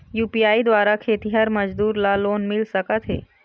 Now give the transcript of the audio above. UPI द्वारा खेतीहर मजदूर ला लोन मिल सकथे?